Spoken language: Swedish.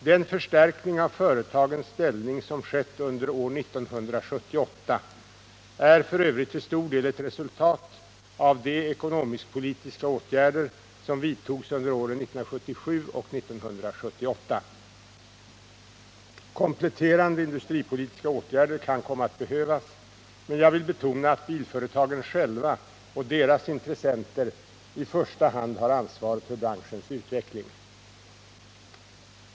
Den förstärkning av företagens ställning som skett under år 1978 är f. ö. till stor del ett resultat av de ekonomisk-politiska åtgärder som vidtogs under åren 1977 och 1978. Kompletterande industripolitiska åtgärder kan komma att behöva vidtas, men jag vill betona att bilföretagen själva och deras intressenter i första hand har ansvar för branschens utveckling.